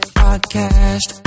podcast